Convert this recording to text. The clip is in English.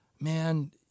man